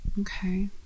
okay